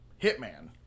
Hitman